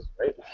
right